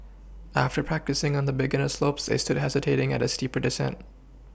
after practising on the beginner slopes they stood hesitating at a steeper descent